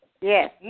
Yes